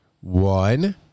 One